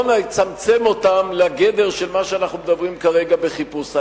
לא נצמצם אותן לגדר של מה שאנחנו מדברים כרגע בחיפוש.